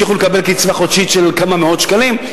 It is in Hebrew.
ימשיכו לקבל קצבה חודשית של כמה מאות שקלים.